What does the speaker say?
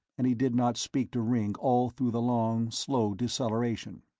and he did not speak to ringg all through the long, slow deceleration.